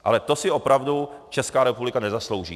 Ale to si opravdu Česká republika nezaslouží.